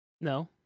No